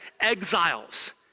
exiles